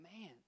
man